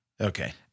okay